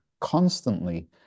constantly